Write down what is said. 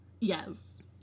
Yes